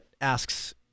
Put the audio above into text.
asks